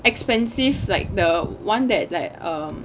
expensive like the one that like um